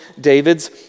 David's